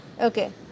Okay